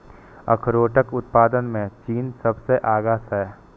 अखरोटक उत्पादन मे चीन सबसं आगां छै